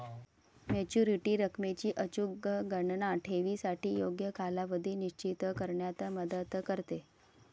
maturity रकमेची अचूक गणना ठेवीसाठी योग्य कालावधी निश्चित करण्यात मदत करते